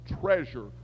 treasure